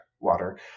water